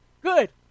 good